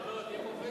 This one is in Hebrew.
לא לא, פרופסור.